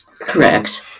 Correct